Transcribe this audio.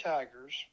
Tigers